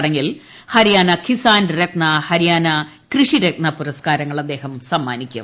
ചട്ടങ്ങിൽ ഹരിയാന കിസാൻ രത്ന ഹരിയാന കൃഷി രത്ന പുരസ്കാരങ്ങൾ അദ്ദേഹം സമ്മാനിക്കും